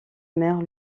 mère